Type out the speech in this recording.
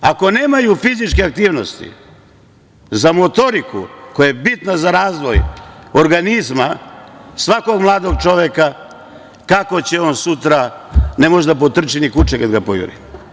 Ako nemaju fizičke aktivnosti za motoriku, koja je bitna za razvoj organizma svakog mladog čoveka, kako će on sutra ne može da potrči ni kuče kad ga pojuri.